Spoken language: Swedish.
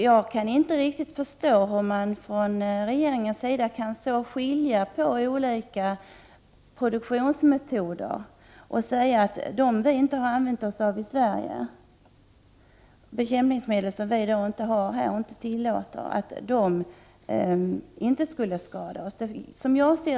Jag kan inte riktigt förstå hur man från regeringens sida kan skilja på olika produktionsmetoder och säga att de metoder som vi inte använder i Sverige och de bekämpningsmedel som vi inte tillåter inte alltid behöver skada.